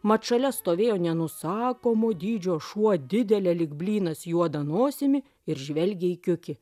mat šalia stovėjo nenusakomo dydžio šuo didele lyg blynas juoda nosimi ir žvelgė į kiukį